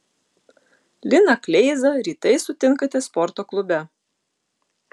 liną kleizą rytais sutinkate sporto klube